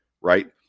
right